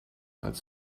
als